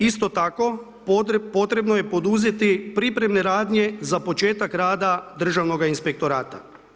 Isto tako potrebno je poduzeti pripremne radnje za početak rada Državnoga inspektorata.